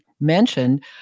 mentioned